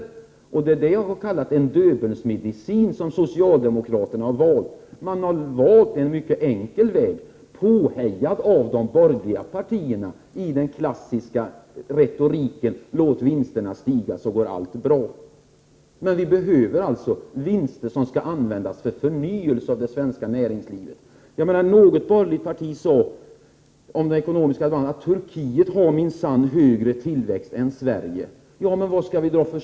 Det är detta som jag har kallat för Döbelnsmedicin — en sådan har socialdemokraterna nämligen valt. Påhejade av de borgerliga partierna har socialdemokraterna valt en mycket enkel väg. Den klassiska retoriken har fått vara förhärskande: Låt vinsterna stiga, för då går allt bra! Men vad vi behöver är vinster som används till förnyelse av det svenska näringslivet. Från något borgerligt parti har det sagts beträffande ekonomin attt.ex. Turkiet minsann har högre tillväxt än Sverige. Ja, men vilken slutsats kan dras av det?